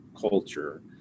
culture